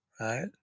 right